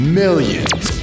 millions